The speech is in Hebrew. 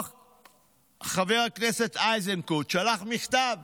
חבר הכנסת איזנקוט שלח מכתב,